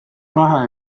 vahe